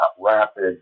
rapid